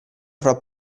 fra